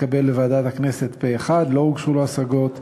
התקבל בוועדת הכנסת פה-אחד, לא הוגשו השגות עליו,